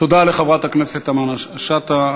תודה לחברת הכנסת פנינה תמנו-שטה.